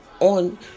on